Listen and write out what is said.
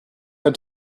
had